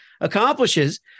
accomplishes